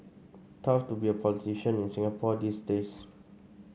tough to be a politician in Singapore these days